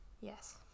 Yes